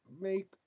make